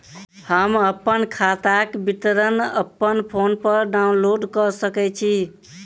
हम अप्पन खाताक विवरण अप्पन फोन पर डाउनलोड कऽ सकैत छी?